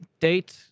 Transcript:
Date